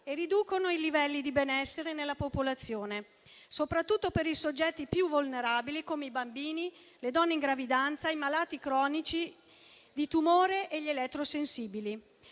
e riduce i livelli di benessere nella popolazione, soprattutto per i soggetti più vulnerabili, come i bambini, le donne in gravidanza, i malati cronici, di tumore e gli elettrosensibili.